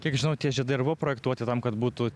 kiek žinau tie žiedai ir buvo projektuoti tam kad būtų